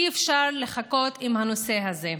אי-אפשר לחכות עם הנושא הזה.